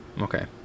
Okay